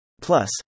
Plus